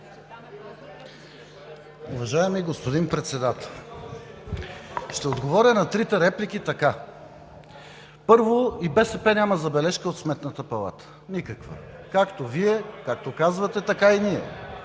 Уважаеми господин Председател! Ще отговоря на трите реплики така. Първо, и БСП няма забележка от Сметната палата – никаква, както Вие казвате, така и ние